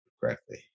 correctly